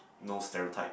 no stereotype